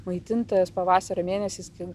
maitintojas pavasario mėnesiais kai